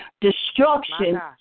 Destruction